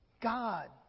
God